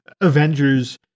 Avengers